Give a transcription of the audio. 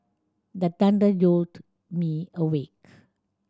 the thunder jolt me awake